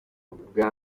ubwa